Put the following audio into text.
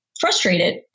frustrated